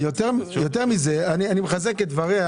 אני מחזק את דבריה